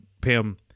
Pam